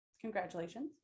Congratulations